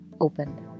opened